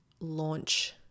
launch